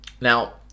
Now